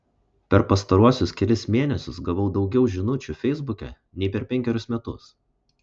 per pastaruosius kelis mėnesius gavau daugiau žinučių feisbuke nei per penkerius metus